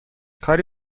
کاری